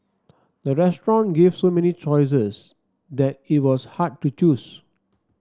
the restaurant gave so many choices that it was hard to choose